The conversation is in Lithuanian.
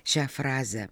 šią frazę